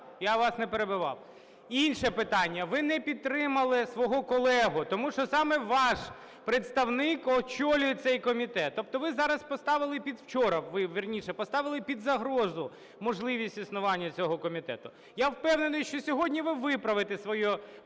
я вас не перебивав. Інше питання, ви не підтримали свою колегу, тому що саме ваш представник очолює цей комітет. Тобто ви зараз поставили, учора, вірніше, поставили під загрозу можливість існування цього комітету. Я впевнений, що сьогодні ви виправите свою помилку